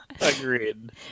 Agreed